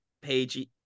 page